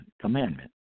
commandment